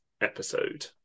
episode